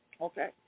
Okay